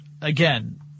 again